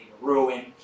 ruin